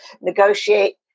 negotiate